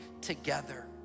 together